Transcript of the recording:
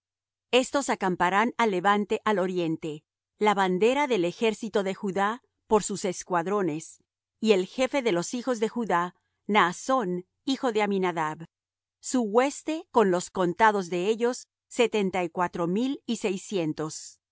estos acamparán al levante al oriente la bandera del ejército de judá por sus escuadrones y el jefe de los hijos de judá naasón hijo de aminadab su hueste con los contados de ellos setenta y cuatro mil y seiscientos